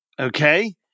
okay